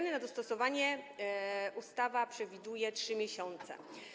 Na dostosowanie ustawa przewiduje 3 miesiące.